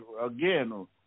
again